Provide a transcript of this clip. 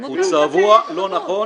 הוא צבוע לא נכון,